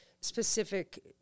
specific